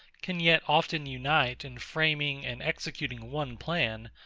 can yet often unite in framing and executing one plan,